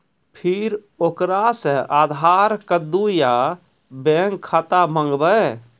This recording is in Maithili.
फिर ओकरा से आधार कद्दू या बैंक खाता माँगबै?